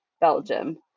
Belgium